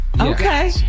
Okay